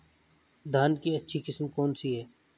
धान की अच्छी किस्म कौन सी है?